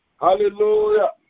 hallelujah